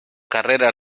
carrera